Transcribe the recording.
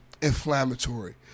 inflammatory